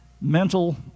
mental